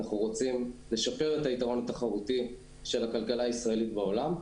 אנחנו רוצים לשפר את היתרון התחרותי של הכלכלה הישראלית בעולם.